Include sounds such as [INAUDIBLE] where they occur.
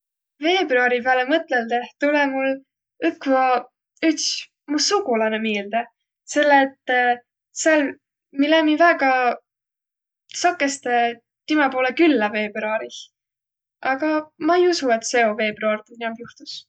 Veebruari pääle mõtõldõh tulõ mul õkva üts mu sugulanõ miilde, selle et [HESITATION] sääl mi läämiq sakõstõ timä poolõ küllä veebruarih, aga ma ei usuq, et seo veebruar tuud inämb juhtus.